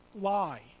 lie